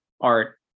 art